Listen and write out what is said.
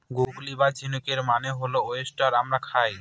গুগলি বা ঝিনুকের মানে হল ওয়েস্টার আমরা খাই